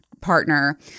partner